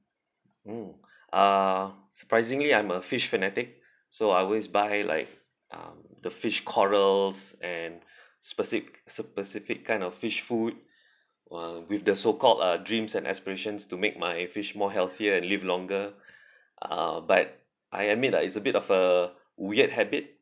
mm uh surprisingly I'm a fish fanatic so I always buy like um the fish corals and speci~ specific kind of fish food wha~ with the so called uh dreams and aspirations to make my fish more healthier and live longer uh but I admit ah it's a bit of a weird habit